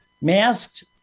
masked